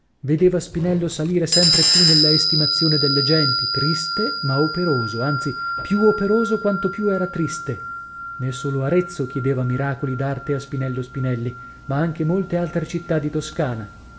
vedeva spinello salire sempre più nella estimazione delle genti triste ma operoso anzi più operoso quanto più era triste nè solo arezzo chiedeva miracoli d'arte a spinello spinelli ma anche molte altre città di toscana